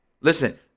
Listen